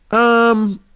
um,